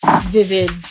vivid